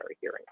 hearing